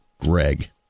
Greg